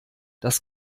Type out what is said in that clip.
das